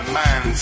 man